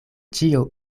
ĉio